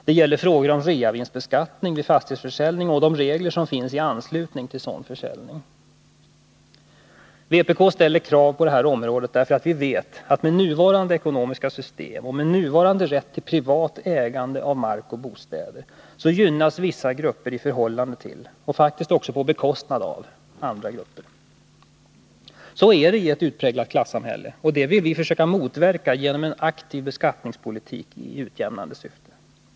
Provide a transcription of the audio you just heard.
Det gäller frågor om reavinstbeskattning vid fastighetsförsäljning och de regler som finns i anslutning till sådan försäljning. Vpk ställer krav på detta område därför att vi vet att med nuvarande ekonomiska system och med nuvarande rätt till privat ägande av mark och bostäder gynnas vissa grupper i förhållande till — och faktiskt också på bekostnad av — andra grupper. Så är det i ett utpräglat klassamhälle, men det vill vi försöka motverka genom en aktiv beskattningspolitik i utjämnande tiska åtgärder tiska åtgärder syfte.